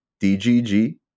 DGG